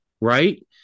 right